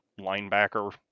linebacker